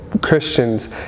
Christians